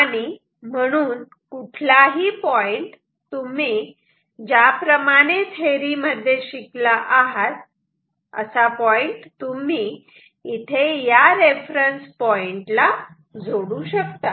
आणि म्हणून कुठलाही पॉईंट तुम्ही ज्याप्रमाणे थेरी मध्ये शिकला आहात असा पॉईंट तुम्ही इथे या रेफरन्स पॉइंट ला जोडू शकतात